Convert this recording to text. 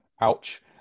ouch